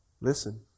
Listen